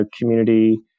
community